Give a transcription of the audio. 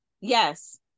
yes